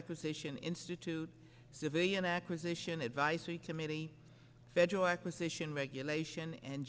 acquisition institute civilian acquisition advisory committee federal acquisition regulation and